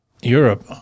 Europe